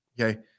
Okay